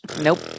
nope